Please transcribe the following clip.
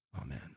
Amen